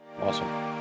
awesome